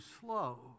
slow